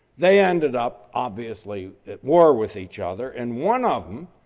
they ended up obviously at war with each other and one of them,